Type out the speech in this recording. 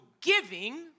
giving